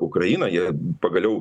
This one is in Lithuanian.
ukrainą jie pagaliau